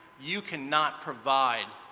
you cannot provide